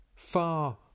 far